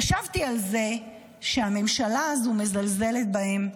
חשבתי על זה שהממשלה הזו מזלזלת בהם,